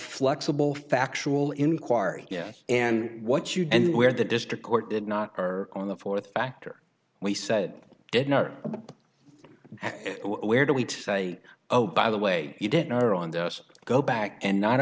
flexible factual inquiry yes and what you do and where the district court did not or on the fourth factor we said did not where do we say oh by the way you didn't are on the us go back and not